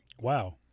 Wow